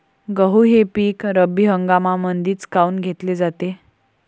गहू हे पिक रब्बी हंगामामंदीच काऊन घेतले जाते?